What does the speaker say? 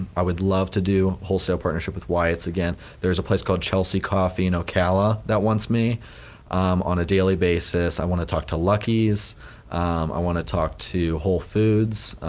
i would love to do, wholesale partnership with wyatt's again, there is a place called chelsea coffee on ocala, that wants me on a daily basis, i wanna talk to lucky's i wanna talk to whole foods,